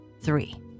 three